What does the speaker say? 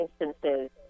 instances